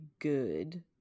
good